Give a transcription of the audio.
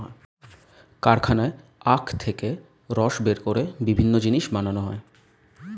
কারখানায় আখ থেকে রস বের করে বিভিন্ন জিনিস বানানো হয়